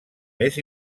més